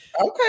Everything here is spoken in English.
Okay